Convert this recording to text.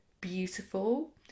beautiful